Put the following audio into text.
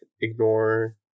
ignore